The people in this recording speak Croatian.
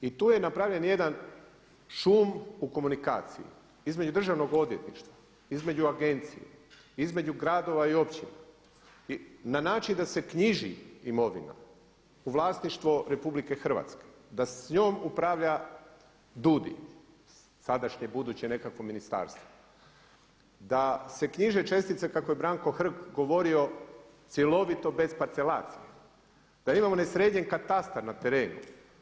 I tu je napravljen jedan šum u komunikaciji između državnog odvjetništva, između agencija, između gradova i općina i na način da se knjiži imovina u vlasništvo RH, da s njom upravlja DUUDI, sadašnje, buduće nekakvo ministarstvo, da se knjiže čestice kako je Branko Hrg govorio cjelovito bezparcelanski, da imamo ne sređen katastar na terenu.